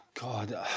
God